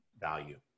value